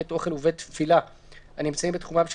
בית אוכל ובית תפילה הנמצאים בתחומם של